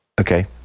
okay